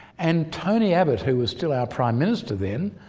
and tony abbott, who was still our prime minister then,